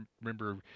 remember